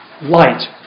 Light